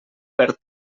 perd